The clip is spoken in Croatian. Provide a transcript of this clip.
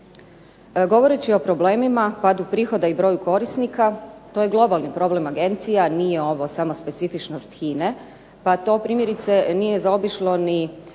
Govoreći o problemima, padu prihoda i broju korisnika, to je globalni problem agencija, nije ovo samo specifičnost HINA-e, pa to primjerice nije zaobišlo ni